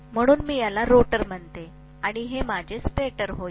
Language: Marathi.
म्हणून मी याला रोटर म्हणतो आणि हे माझे स्टेटर होईल